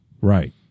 Right